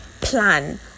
plan